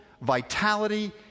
vitality